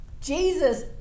Jesus